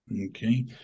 Okay